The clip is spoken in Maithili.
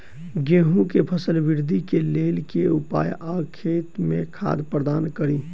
गेंहूँ केँ फसल वृद्धि केँ लेल केँ उपाय आ खेत मे खाद प्रदान कड़ी?